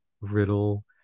riddle